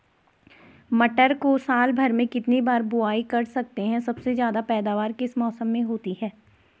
मटर को साल भर में कितनी बार बुआई कर सकते हैं सबसे ज़्यादा पैदावार किस मौसम में होती है?